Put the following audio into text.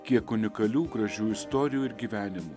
kiek unikalių gražių istorijų ir gyvenimų